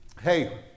hey